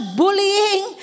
bullying